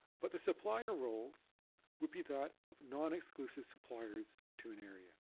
but the supplier roles would be that of non exclusive suppliers to an area.